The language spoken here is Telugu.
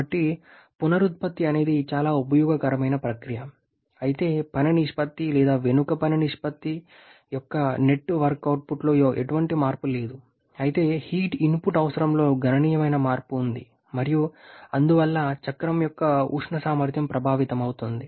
కాబట్టి పునరుత్పత్తి అనేది చాలా ఉపయోగకరమైన ప్రక్రియ అయితే పని నిష్పత్తి లేదా వెనుక పని నిష్పత్తి యొక్క నెట్ వర్క్ అవుట్పుట్లో ఎటువంటి మార్పు లేదు అయితే హీట్ ఇన్పుట్ అవసరంలో గణనీయమైన మార్పు ఉంది మరియు అందువల్ల చక్రం యొక్క ఉష్ణ సామర్థ్యం ప్రభావితమవుతుంది